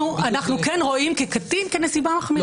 אנחנו כן רואים כקטינים כנסיבה מחמירה.